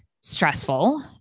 stressful